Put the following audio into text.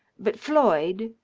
but floyd,